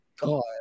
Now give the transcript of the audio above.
God